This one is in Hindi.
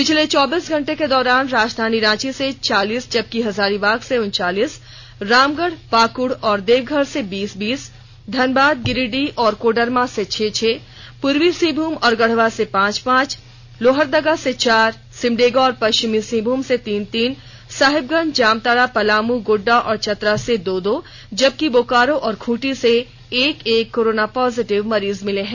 पिछले चौबीस घंटे के दौरान राजधानी रांची से चालीस जबकि हजारीबाग से उनचालीस रामगढ़ पाकुड़ और देवघर से बीस बीस धनबाद गिरिडीह और कोडरमा से छह छह पूर्वी सिंहभूम और गढ़वा से पांच पांच लोहरदगा से चार सिमडेगा और पश्चिमी सिंहभूम से तीन तीन साहेबगंज जामताड़ा गोड्डा पलामू और चतरा से दो दो जबकि बोकारो और खूंटी से एक एक कोरोना पॉजिटिव मिले हैं